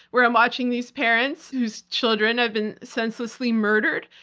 where i'm watching these parents whose children have been senselessly murdered.